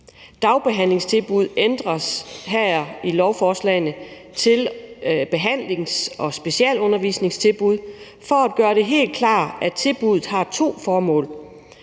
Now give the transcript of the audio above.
»Dagbehandlingstilbud« ændres her i lovforslagene til »behandlings- og specialundervisningstilbud« for at gøre det helt klart, at tilbuddet har to formål,